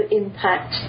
impact